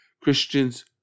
Christians